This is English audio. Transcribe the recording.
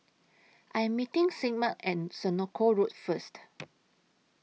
I Am meeting Sigmund At Senoko Road First